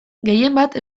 gehienbat